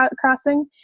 crossing